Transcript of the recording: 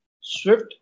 swift